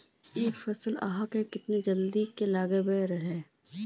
इ फसल आहाँ के तने जल्दी लागबे के रहे रे?